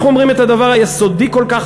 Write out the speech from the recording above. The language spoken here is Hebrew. אנחנו אומרים את הדבר היסודי כל כך